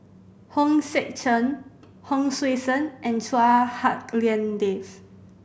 Hong Sek Chern Hon Sui Sen and Chua Hak Lien Dave